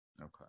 Okay